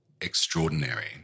extraordinary